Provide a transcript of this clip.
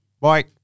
Bye